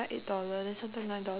tai-seng just now